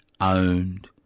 owned